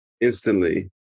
instantly